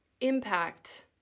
impact